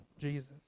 Jesus